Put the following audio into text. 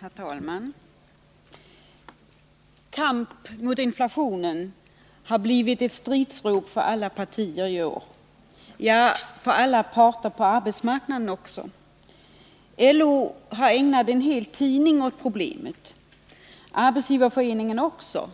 Herr talman! Kamp mot inflationen har blivit ett stridsrop för alla partier i år och även för alla parter på arbetsmarknaden. LO har ägnat en hel tidning åt problemet, och det har Arbetsgivareföreningen också gjort.